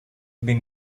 been